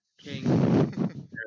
King